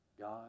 God